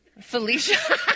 Felicia